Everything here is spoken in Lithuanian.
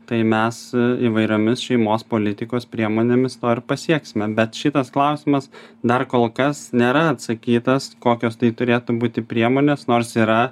tai mes įvairiomis šeimos politikos priemonėmis to ir pasieksime bet šitas klausimas dar kol kas nėra atsakytas kokios tai turėtų būti priemonės nors yra